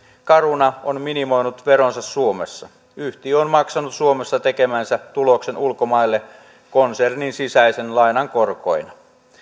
caruna on minimoinut veronsa suomessa yhtiö on maksanut suomessa tekemänsä tuloksen ulkomaille konsernin sisäisen lainan korkoina